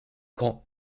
grand